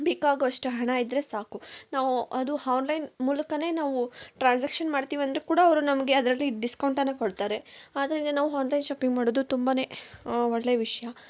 ಬೇಕಾಗುವಷ್ಟು ಹಣ ಇದ್ರೆ ಸಾಕು ನಾವು ಅದು ಹಾನ್ಲೈನ್ ಮೂಲಕವೆ ನಾವು ಟ್ರಾನ್ಸಾಕ್ಷನ್ ಮಾಡ್ತೀವಿ ಅಂದರೆ ಕೂಡ ಅವರು ನಮಗೆ ಅದರಲ್ಲಿ ಡಿಸ್ಕೌಂಟನ್ನು ಕೊಡ್ತಾರೆ ಆದ್ರಿಂದ ನಾವು ಹಾನ್ಲೈನ್ ಶಾಪಿಂಗ್ ಮಾಡುದು ತುಂಬನೆ ಒಳ್ಳೆ ವಿಷಯ